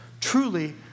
Truly